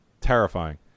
Terrifying